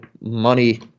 money